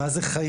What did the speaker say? מה זה חיים,